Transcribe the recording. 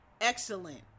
excellent